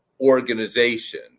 organization